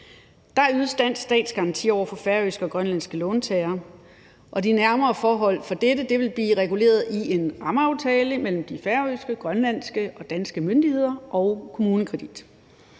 Der ydes dansk statsgaranti over for færøske og grønlandske låntagere, og de nærmere forhold for dette vil blive reguleret i en rammeaftale mellem de færøske, grønlandske og danske myndigheder og KommuneKredit.